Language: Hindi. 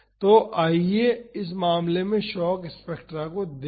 तो अब आइए इस मामले में शॉक स्पेक्ट्रा को देखें